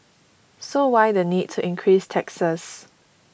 so why the need to increase taxes